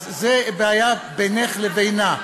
אז זו בעיה בינך לבינה.